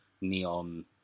neon